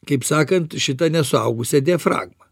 kaip sakant šitą nesuaugusią diafragmą